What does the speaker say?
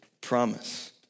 promise